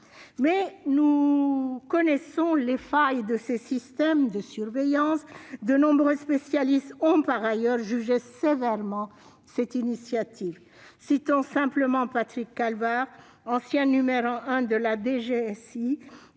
... Nous connaissons toutefois les failles de ce système de surveillance. De nombreux spécialistes ont d'ailleurs jugé sévèrement cette initiative. Citons simplement Patrick Calvar, ancien numéro un de la DGSI,